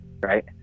right